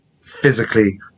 physically